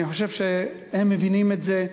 אני חושב שהם מבינים את זה,